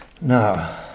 Now